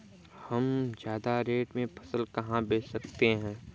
हम ज्यादा रेट में फसल कहाँ बेच सकते हैं?